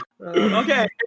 Okay